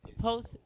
post